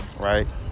right